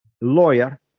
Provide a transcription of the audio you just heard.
lawyer